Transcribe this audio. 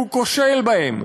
שהוא כושל בהם,